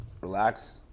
Relax